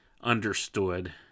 understood